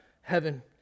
heaven